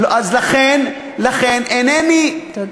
לכן אינני, תודה.